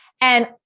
And-